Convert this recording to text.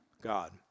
God